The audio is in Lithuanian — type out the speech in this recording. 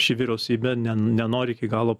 ši vyriausybė ne nenori iki galo